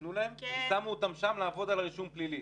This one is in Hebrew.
שנתנו להם ושמו אותם שם לעבוד על רישום פלילי.